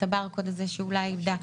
את הברקוד הזה שאולי היא איבדה.